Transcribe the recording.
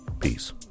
Peace